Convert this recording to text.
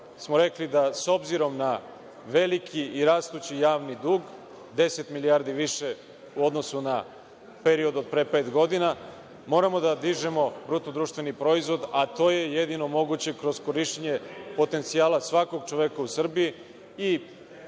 smo rekli da s obzirom na veliki i rastući javni dug, deset milijardi više u odnosu na period od pre pet godina, moramo da dižemo BDP, a to je jedino moguće kroz korišćenje potencijala svakog čoveka u Srbiji,